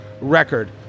record